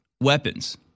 weapons